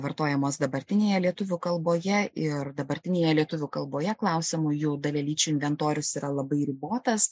vartojamos dabartinėje lietuvių kalboje ir dabartinėje lietuvių kalboje klausiamųjų jų dalelyčių inventorius yra labai ribotas